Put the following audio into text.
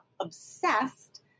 obsessed